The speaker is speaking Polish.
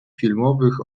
filmowych